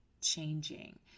changing